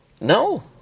No